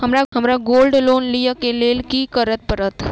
हमरा gold loan लिय केँ लेल की करऽ पड़त?